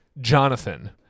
Jonathan